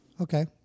okay